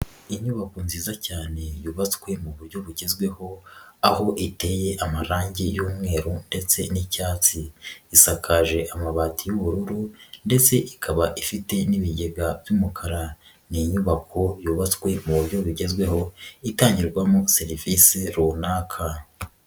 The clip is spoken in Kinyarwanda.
Inyubako nziza cyane yubatswe mu buryo bugezweho aho iteye amarangi y'umweru ndetse n'icyatsi, isakaje amabati y'ubururu ndetse ikaba ifite n'ibigega by'umukara, ni inyubako yubatswe mu buryo bugezweho itangirwamo serivise runaka.